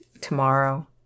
tomorrow